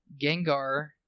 gengar